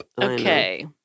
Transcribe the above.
Okay